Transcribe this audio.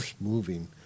moving